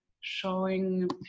showing